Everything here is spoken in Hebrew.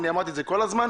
אני אמרתי את זה כל הזמן.